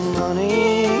money